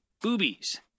boobies